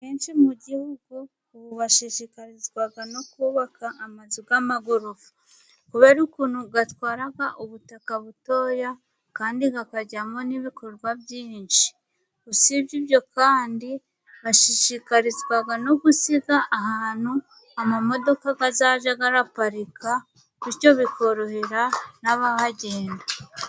Benshi mu gihugu ubu bashishikarizwa no kubaka amazu y'amagorofa kubera ukuntu atwara ubutaka butoya, kandi akajyamo n'ibikorwa byinshi, usibye ibyo kandi bashishikarizwa no gusiga ahantu amamodoka azajya aparika bityo bikorohera n'abahagenda.